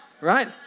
right